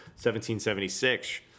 1776